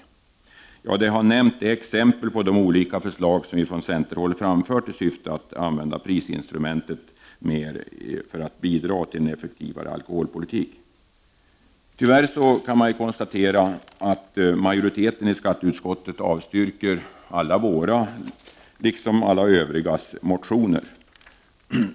Jag har här nämnt exempel på de olika förslag vi från centerhåll har framfört i syfte att använda prisinstrumentet för en effektivare alkoholpolitik. Man kan tyvärr konstatera att majoriteten i skatteutskottet avstyrker alla våra, liksom alla övrigas, motioner.